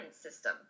system